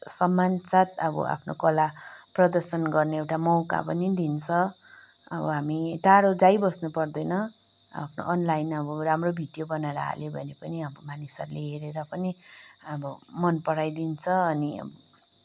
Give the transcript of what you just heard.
सम्मानका साथ अब आफ्नो कला प्रदर्शन गर्ने एउटा अब मौका पनि दिन्छन् अब हामी टाढा जाइबस्नु पर्दैन आफ्नो अनलाइन अब राम्रो भिडियो बनाएर हाल्यो भने पनि अब मनिसहरूले हेरेर पनि अब मनपराई दिन्छन् अनि